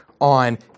on